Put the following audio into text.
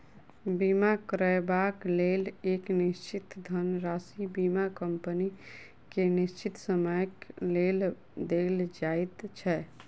बीमा करयबाक लेल एक निश्चित धनराशि बीमा कम्पनी के निश्चित समयक लेल देल जाइत छै